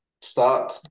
Start